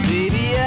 Baby